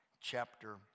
chapter